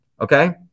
okay